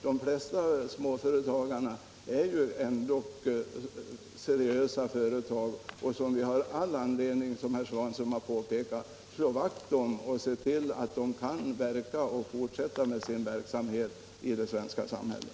De flesta småföretagare är ju ändock seriösa. Vi har all anledning, som herr Svanström har påpekat, att slå vakt om dem och se till att de kan fortsätta med sin verksamhet i det svenska samhället.